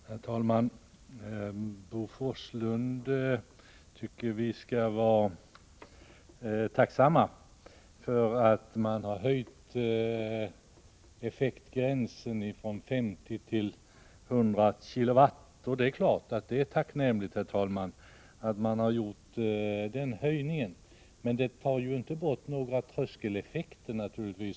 Herr talman! Bo Forslund tycker att vi skall vara tacksamma för att man har höjt effektgränsen från 50 till 100 kW. Det är klart att detta är tacknämligt, herr talman, men det tar inte bort några tröskeleffekter.